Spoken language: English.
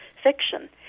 fiction